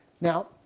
Now